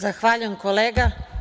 Zahvaljujem kolega.